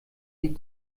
die